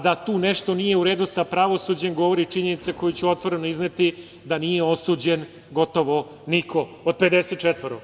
Da tu nešto nije u redu sa pravosuđem govori činjenica koju ću otvoreno izneti da nije osuđen gotovo niko od 54.